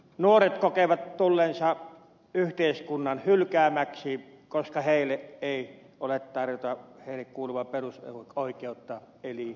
nuoret kokevat tulleensa yhteiskunnan hylkäämiksi koska heille ei ole tarjota heille kuuluvaa perusoikeutta eli työtä